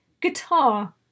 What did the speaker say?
guitar